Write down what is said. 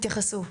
תתייחסו.